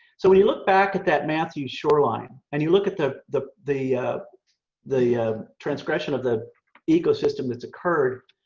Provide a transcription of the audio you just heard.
so when you look back at that mathews shoreline and you look at the the the the transgression of the ecosystem that's occurred.